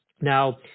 now